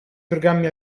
programmi